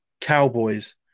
Cowboys